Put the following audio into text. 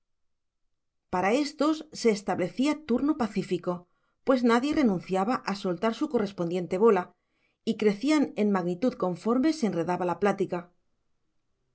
para éstos se establecía turno pacífico pues nadie renunciaba a soltar su correspondiente bola y crecían en magnitud conforme se enredaba la plática